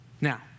Now